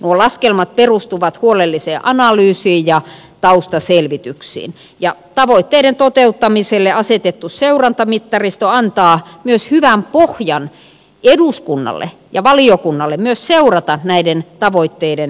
nuo laskelmat perustuvat huolelliseen analyysiin ja taustaselvityksiin ja tavoitteiden toteuttamiselle asetettu seurantamittaristo antaa myös hyvän pohjan eduskunnalle ja valiokunnalle seurata näiden tavoitteiden toteutumista